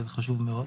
זה חשוב מאוד.